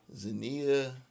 Zania